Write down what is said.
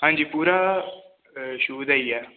ਹਾਂਜੀ ਪੂਰਾ ਸ਼ੂ ਦਾ ਹੀ ਆ